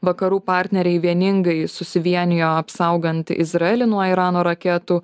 vakarų partneriai vieningai susivienijo apsaugant izraelį nuo irano raketų